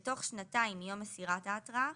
בתוך שנתיים מיום מסירת ההתראה,